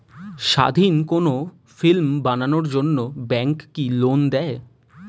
স্বাধীন কোনো ফিল্ম বানানোর জন্য ব্যাঙ্ক কি লোন দেয়?